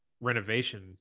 renovation